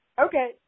Okay